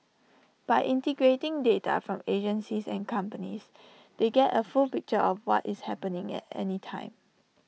by integrating data from agencies and companies they get A full picture of what is happening at any time